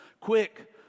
quick